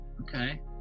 okay